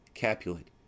Capulet